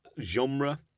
genre